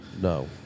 No